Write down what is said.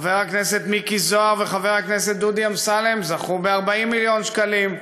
חבר הכנסת מיקי זוהר וחבר הכנסת דודי אמסלם זכו ב-40 מיליון שקלים,